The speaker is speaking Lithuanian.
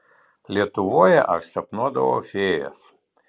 lietuvoje aš sapnuodavau fėjas